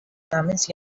namens